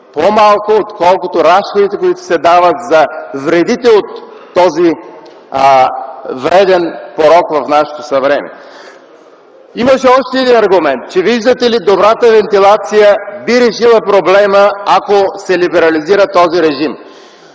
по-малко, отколкото разходите, които се дават за вредите от този вреден порок в нашето съвремие. Имаше още един аргумент – че, виждате ли, добрата вентилация би решила проблема, ако се либерализира този режим.